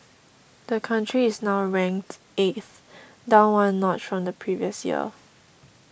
the country is now ranked eighth down one notch from the previous year